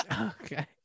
okay